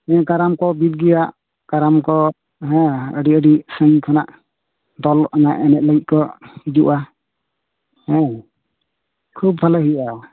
ᱦᱮᱸ ᱠᱟᱨᱟᱢ ᱠᱚ ᱵᱤᱫᱽ ᱜᱮᱭᱟ ᱠᱟᱨᱟᱢ ᱠᱚ ᱦᱮᱸ ᱟᱹᱰᱤ ᱟᱹᱰᱤ ᱥᱟᱺᱜᱤᱧ ᱠᱷᱚᱱᱟᱜ ᱫᱚᱞ ᱚᱱᱟ ᱮᱱᱮᱡ ᱞᱟᱹᱜᱤᱫ ᱠᱚ ᱦᱤᱡᱩᱜ ᱟ ᱦᱮᱸ ᱠᱷᱩᱵ ᱛᱟᱦᱞᱮ ᱦᱩᱭᱩᱜ ᱟ